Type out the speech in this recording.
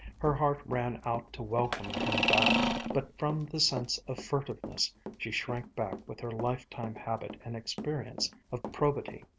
her heart ran out to welcome him back but from the sense of furtiveness she shrank back with her lifetime habit and experience of probity,